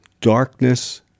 Darkness